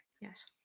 Yes